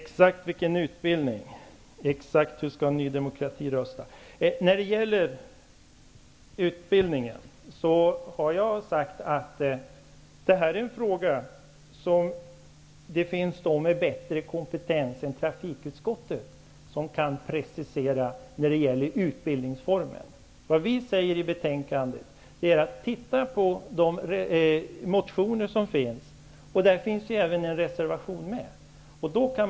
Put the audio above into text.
Herr talman! Det frågas om hur exakt utbildningen skall se ut och hur exakt Ny demokrati skall rösta. Det finns de med bättre kompetens än ledamöterna i trafikutskottet som kan precisera själva utbildningsformen. I betänkandet säger vi att man kan läsa de motioner och den reservation som finns.